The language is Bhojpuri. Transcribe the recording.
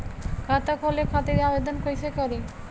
खाता खोले खातिर आवेदन कइसे करी?